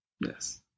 yes